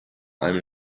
allem